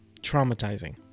traumatizing